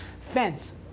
fence